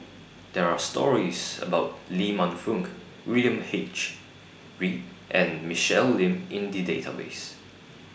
There Are stories about Lee Man Fong William H Read and Michelle Lim in The Database